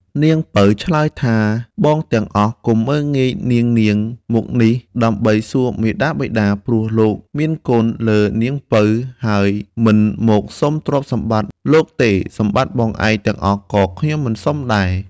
នាងពៅឆ្លើយថាបងទាំងអស់កុំមើលងាយនាងៗមកនេះដើម្បីសួរមាតាបិតា ព្រោះលោកមានគុណលើនាងពៅ ហើយមិនមកសុំទ្រព្យសម្បត្តិលោកទេសម្បត្តិបងឯងទាំងអស់ក៏ខ្ញុំមិនសុំដែរ។